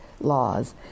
laws